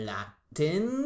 Latin